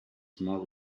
small